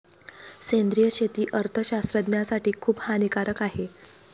सेंद्रिय शेती अर्थशास्त्रज्ञासाठी खूप हानिकारक आहे